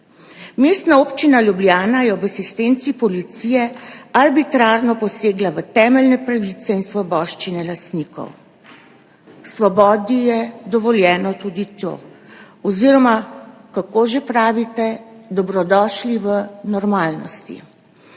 Mestna občina Ljubljana je ob asistenci policije arbitrarno posegla v temeljne pravice in svoboščine lastnikov. V Svobodi je dovoljeno tudi to oziroma, kako že pravite, dobrodošli v normalnosti.